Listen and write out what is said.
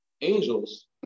angels